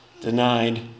denied